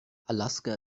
alaska